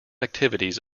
activities